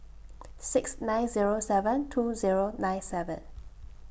six nine Zero seven two Zero nine seven